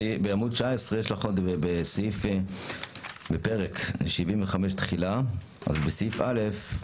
בעמוד 19 בפרק 75, תחילה, בסעיף א "75.